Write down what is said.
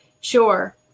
sure